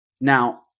Now